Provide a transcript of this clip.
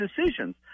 decisions